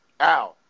Ow